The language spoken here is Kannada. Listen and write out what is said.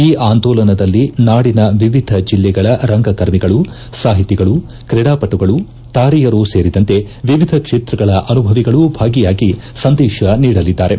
ಈ ಆಂದೋಲನದಲ್ಲಿ ನಾಡಿನ ವಿವಿಧ ಜಿಲ್ಲೆಗಳ ರಂಗಕರ್ಮಿಗಳು ಸಾಹಿತಿಗಳು ಕ್ರೀಡಾಪಟುಗಳು ತಾರೆಯರು ಸೇರಿದಂತೆ ವಿವಿಧ ಕ್ಷೇತ್ರಗಳ ಅನುಭವಿಗಳು ಭಾಗಿಯಾಗಿ ಸಂದೇಶ ನೀಡಲಿದ್ದಾರೆ